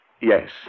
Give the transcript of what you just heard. Yes